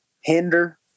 Hinder